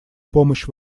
помощь